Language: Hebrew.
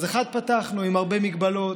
אז 1. פתחנו, עם הרבה מגבלות,